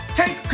take